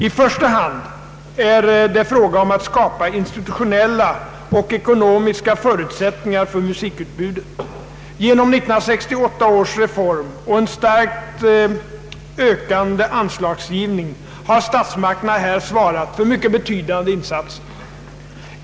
I första hand är det fråga om att skapa institutionella och ekonomiska förutsättningar för musikutbudet. Genom 1968 års reform och en starkt ökande anslagsgivning har statsmakterna här svarat för mycket betydande insatser.